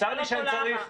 נשאל אותו למה.